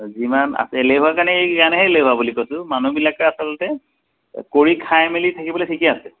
যিমান আছে এলেহুৱা কাৰণে এই কাৰণে এলেহুৱা বুলি কৈছোঁ মানুহবিলাকে আচলতে কৰি খাই মেলি থাকিবলৈ ঠিকে আছে